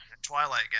Twilight